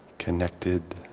connected,